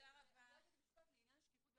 אני רק אגיד משפט לעניין השקיפות,